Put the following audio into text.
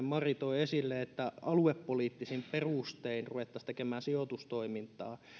mari holopainen toi esille että aluepoliittisin perustein ruvettaisiin tekemään sijoitustoimintaa